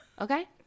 Okay